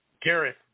Gareth